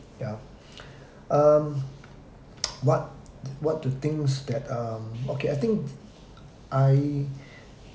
yeah um what what do things that um okay I think I